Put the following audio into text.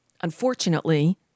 unfortunately